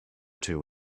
two